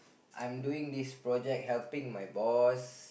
I'm doing this project helping my boss